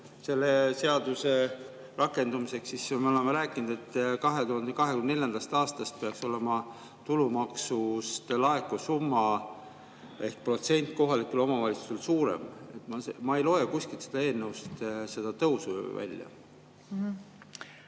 selle seaduse rakendamiseks leitud, siis, nagu me oleme rääkinud, peaks 2024. aastast olema tulumaksust laekuv summa ehk protsent kohalikele omavalitsustele suurem. Ma ei loe kuskilt siit eelnõust seda tõusu välja.